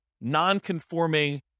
non-conforming